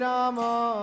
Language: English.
Rama